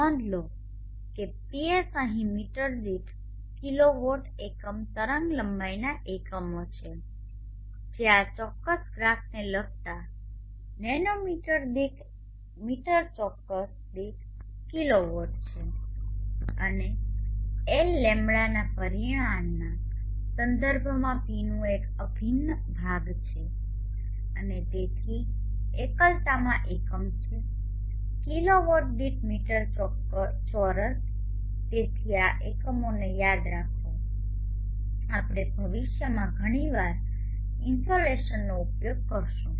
નોંધ લો કે PS અહીં મીટર દીઠ કિલોવોટ એકમ તરંગલંબાઇના એકમો છે જે આ ચોક્કસ ગ્રાફને લગતા નેનોમીટર દીઠ મીટર ચોરસ દીઠ કિલોવોટ છે અને L લેમ્બડા પરિમાણના સંદર્ભમાં P નું એક અભિન્ન ભાગ છે અને તેથી એકલતામાં એકમ છે કિલોવોટ દીઠ મીટર ચોરસ તેથી આ એકમોને યાદ રાખો આપણે ભવિષ્યમાં ઘણી વાર ઇન્સોલેશનનો ઉપયોગ કરીશું